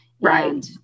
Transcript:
Right